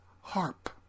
harp